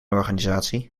organisatie